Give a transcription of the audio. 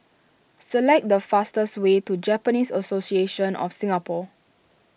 select the fastest way to Japanese Association of Singapore